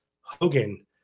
Hogan